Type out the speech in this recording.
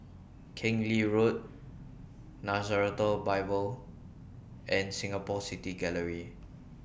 Keng Lee Road Nazareth Bible and Singapore City Gallery